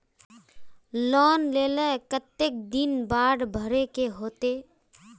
Loan लेल के केते दिन बाद भरे के होते?